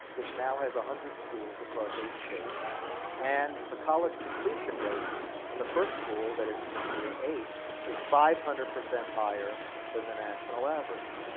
which now has one hundred schools across eight states and the college-completion rate in the first school that is in year eight is five hundred percent higher than the national average.